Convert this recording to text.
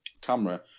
camera